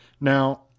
Now